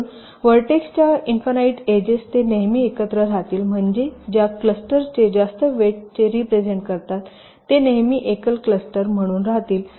म्हणून व्हर्टेक्सच्या infinite edges ते नेहमी एकत्र राहतील म्हणजे ज्या क्लस्टर जे जास्त वेटचे रिप्रेझेन्ट करतात ते नेहमी एकल क्लस्टर म्हणून राहतील